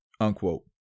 unquote